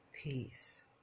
peace